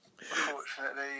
Unfortunately